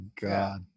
god